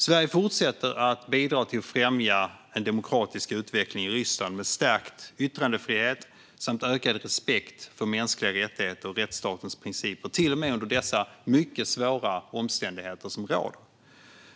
Sverige fortsätter att bidra till att främja en demokratisk utveckling i Ryssland med stärkt yttrandefrihet samt ökad respekt för mänskliga rättigheter och rättsstatens principer, till och med under dessa mycket svåra omständigheter som råder.